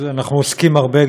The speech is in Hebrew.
אנחנו עוסקים הרבה,